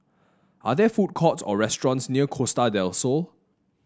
are there food courts or restaurants near Costa Del Sol